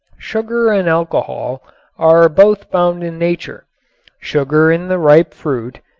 sugar and alcohol are both found in nature sugar in the ripe fruit,